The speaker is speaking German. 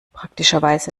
praktischerweise